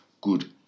Good